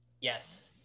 Yes